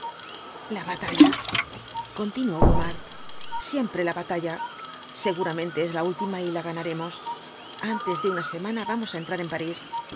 la batalla continuó blumhardt siempre la batalla seguramente es la última y la ganaremos antes de una semana vamos á entrar en parís